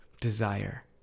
desire